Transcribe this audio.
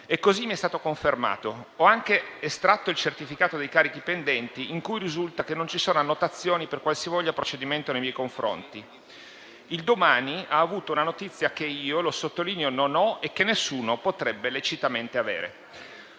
e così mi è stato confermato. Ho anche estratto il certificato dei carichi pendenti, in cui risulta che non ci sono annotazioni per qualsivoglia procedimento nei miei confronti. Il "Domani" ha avuto una notizia che io, lo sottolineo, non ho e che nessuno potrebbe lecitamente avere».